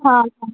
हां हां